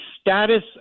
status